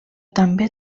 també